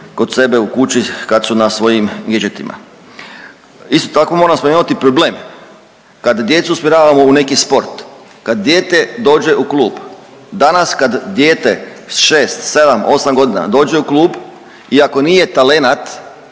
kod sebe u kući kad su na svojim gedžetima. Isto tako moram spomenuti problem, kad djecu usmjeravamo u neki sport, kad dijete dođe u klub, danas kad dijete s 6, 7, 8.g. dođe u klub i ako nije talenat